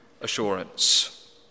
assurance